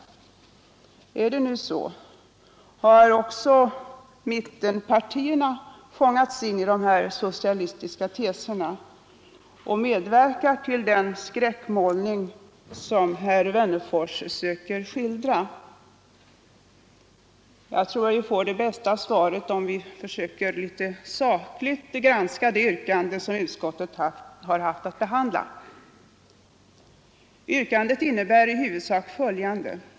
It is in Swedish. Är det nu så? Har också mittenpartierna fångats in av de här socialistiska teserna och medverkar till den skräckmålning som herr Wennerfors söker göra? Jag tror vi får det bästa svaret om vi sakligt granskar det yrkande som utskottet har haft att behandla. Yrkandet innebär i huvudsak följande.